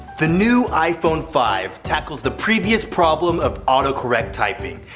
the new iphone five tackles the previous problem of autocorrect typing.